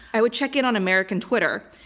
i would check in on american twitter,